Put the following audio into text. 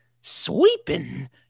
sweeping